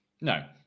No